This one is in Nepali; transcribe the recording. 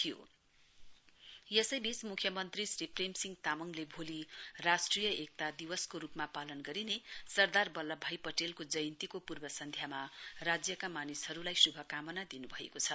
सीएम नेश्नल यूनिटी डे यसै वीच मुख्यमन्त्री श्री प्रेमसिंह तामङले भोलि राष्ट्रिय एकता दिवसको रुपमा पालन गरिने सरदार बल्लभ भाई पटेलको जयन्तीको पूर्व सन्ध्यमा राज्यका मानिसहरुलाई शुभकामना दिनु भएको छ